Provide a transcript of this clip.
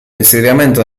insediamento